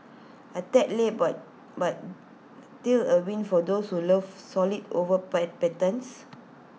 A tad late but but still A win for those who love solids over patterns